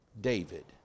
David